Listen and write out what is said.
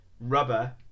Rubber